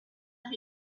have